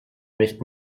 nicht